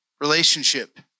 relationship